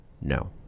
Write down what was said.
No